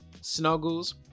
snuggles